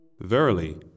Verily